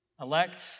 Elect